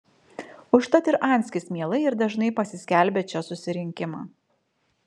užtat ir anskis mielai ir dažnai pasiskelbia čia surinkimą